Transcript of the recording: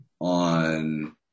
on